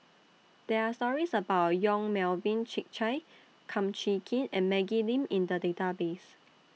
There Are stories about Yong Melvin Yik Chye Kum Chee Kin and Maggie Lim in The Database